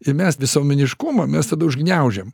ir mes visuomeniškumą mes tada užgniaužiam